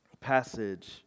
passage